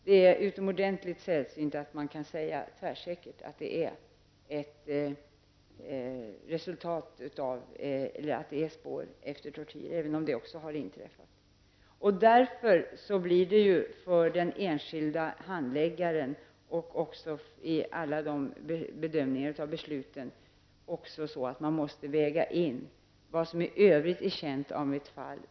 Det är utomordentligt sällsynt att man tvärsäkert kan säga att skadorna är ett resultat av tortyr, även om tortyr kan ha förekommit. Därför blir det både för den enskilde handläggaren och inför alla de bedömningar av beslutet så att man måste väga in vad som i övrigt är känt om ett fall.